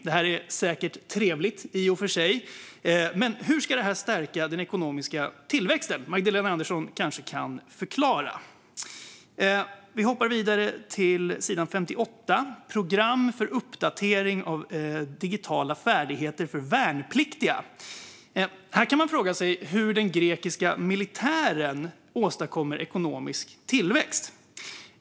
Det är i och för sig säkert trevligt, men hur ska det stärka den ekonomiska tillväxten? Magdalena Andersson kanske kan förklara. Låt oss hoppa vidare till sidan 58, där det finns förslag om program för uppdatering av digitala färdigheter för värnpliktiga. Här kan man fråga sig hur den grekiska militären åstadkommer ekonomisk tillväxt.